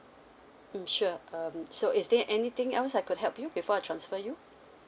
mm sure um so is there anything else I could help you before I transfer you